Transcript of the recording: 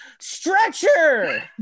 stretcher